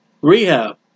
Rehab